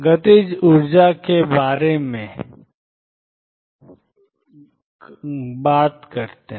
गतिज ऊर्जा के बारे में कैसे